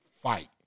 fight